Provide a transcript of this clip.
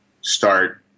start